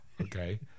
Okay